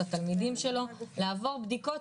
את התלמידים שלו לעבור בדיקות,